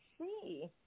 see